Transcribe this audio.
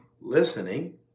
listening